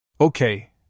Okay